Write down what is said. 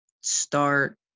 Start